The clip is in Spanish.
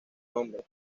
nombre